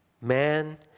man